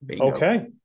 okay